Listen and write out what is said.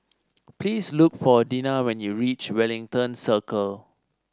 please look for Dina when you reach Wellington Circle